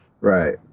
Right